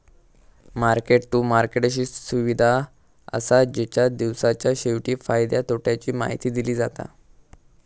market to market अशी सुविधा असा जेच्यात दिवसाच्या शेवटी फायद्या तोट्याची माहिती दिली जाता